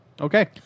Okay